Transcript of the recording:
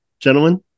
gentlemen